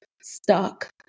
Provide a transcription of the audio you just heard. stuck